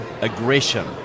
aggression